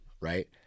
right